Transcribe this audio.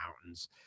mountains